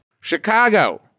Chicago